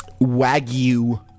Wagyu